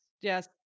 Yes